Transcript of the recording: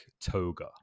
toga